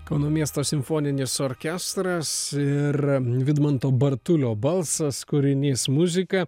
kauno miesto simfoninis orkestras ir vidmanto bartulio balsas kūrinys muzika